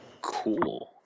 Cool